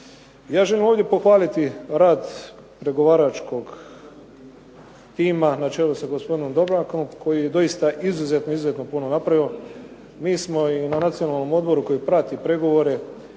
Ja želim ovdje pohvaliti rad pregovaračkog tima na čelu sa gospodinom Drobnjakom koji je izuzetno puno napravio. Mi smo i na Nacionalnom odboru koji prati pregovore